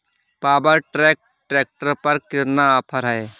Power track tractor पर कितना offer है?